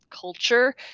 culture